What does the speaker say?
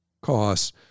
costs